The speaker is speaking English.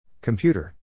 Computer